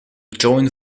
joined